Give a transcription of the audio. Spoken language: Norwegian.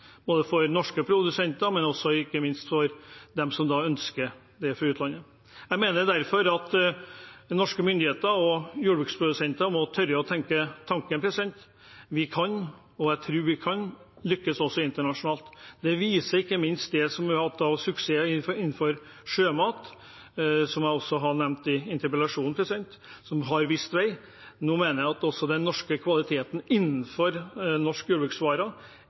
både for norske produsenter og, ikke minst, for dem i utlandet som ønsker det. Jeg mener derfor at norske myndigheter og jordbruksprodusenter må tørre å tenke tanken. Vi kan – og jeg tror vi kan lykkes også internasjonalt. Det viser ikke minst det vi har hatt av suksesser innenfor sjømat – som jeg også har nevnt i interpellasjonen – som har vist vei. Jeg mener at den norske kvaliteten innenfor norske jordbruksvarer